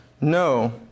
No